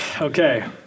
okay